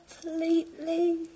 completely